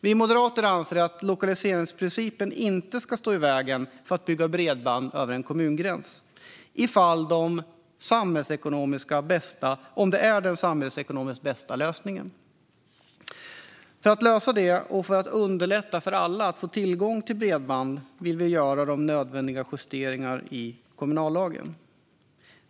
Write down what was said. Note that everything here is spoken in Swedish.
Vi moderater anser att lokaliseringsprincipen inte ska stå i vägen för att bygga bredband över en kommungräns i de fall det är den samhällsekonomiskt bästa lösningen. För att underlätta för alla att få tillgång till bredband vill vi göra nödvändiga justeringar i kommunallagen.